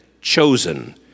chosen